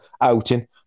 outing